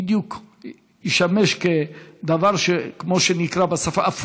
ישמש כמו שנאמר בשפה,